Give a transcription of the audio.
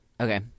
Okay